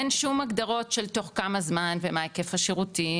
אין שום הגדרות של תוך כמה זמן ומה היקף השירותים,